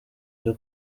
byo